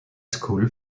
school